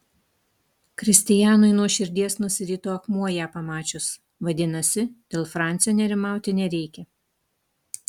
kristijanui nuo širdies nusirito akmuo ją pamačius vadinasi dėl fransio nerimauti nereikia